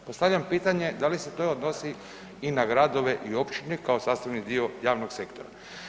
Postavljam pitanje, da li se to odnosi i na gradove i općine kao sastavni dio javnog sektora?